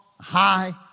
high